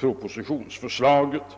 propositionsförslaget.